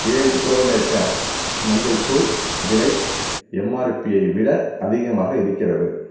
ஏன் bro nature மஞ்சள் தூள் விலை எம்ஆர்பியை விட அதிகமாக இருக்கிறது